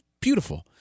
beautiful